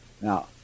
Now